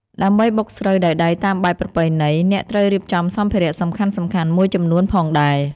ដើម្បីបុកស្រូវដោយដៃតាមបែបប្រពៃណី អ្នកត្រូវរៀបចំសម្ភារៈសំខាន់ៗមួយចំនួនផងដែរ។